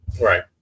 right